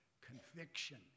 conviction